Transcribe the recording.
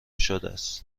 شدس